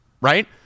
right